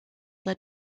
led